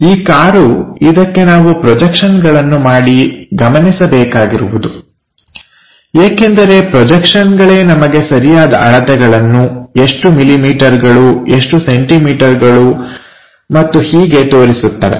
ಈ ಕಾರು ಇದಕ್ಕೆ ನಾವು ಪ್ರೊಜೆಕ್ಷನ್ಗಳನ್ನು ಮಾಡಿ ಗಮನಿಸಬೇಕಾಗಿರುವುದು ಏಕೆಂದರೆ ಪ್ರೊಜೆಕ್ಷನ್ಗಳೇ ನಮಗೆ ಸರಿಯಾದ ಅಳತೆಗಳನ್ನು ಎಷ್ಟು ಮಿಲಿಮೀಟರ್ಗಳು ಎಷ್ಟು ಸೆಂಟಿಮೀಟರ್ಗಳು ಮತ್ತು ಹೀಗೆ ತೋರಿಸುತ್ತವೆ